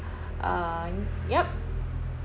uh yup